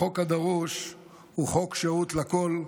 החוק הדרוש הוא חוק שירות לכול,